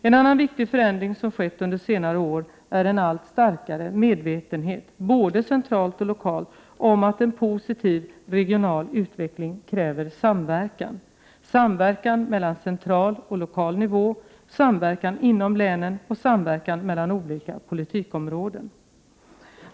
En annan viktig förändring som skett under senare år är en allt starkare medvetenhet, både centralt och lokalt, om att en positiv regional utveckling kräver samverkan: samverkan mellan central och lokal nivå, samverkan inom länen och samverkan mellan olika politikområden.